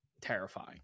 Terrifying